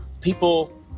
People